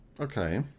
Okay